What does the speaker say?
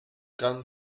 can